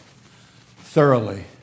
thoroughly